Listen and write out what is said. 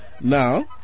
Now